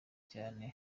cyane